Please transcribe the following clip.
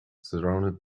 surrounded